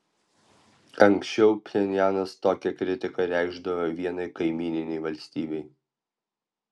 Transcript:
anksčiau pchenjanas tokią kritiką reikšdavo vienai kaimyninei valstybei